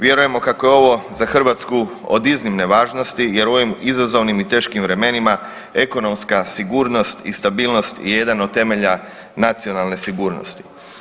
Vjerujemo kako je ovo za Hrvatsku od iznimne važnosti jer u ovim izazovnim i teškim vremenima ekonomska sigurnost i stabilnost je jedan od temelja nacionalne sigurnosti.